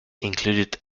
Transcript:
included